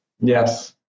Yes